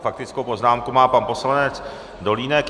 Faktickou poznámku má pan poslanec Dolínek.